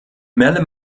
merle